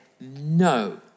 no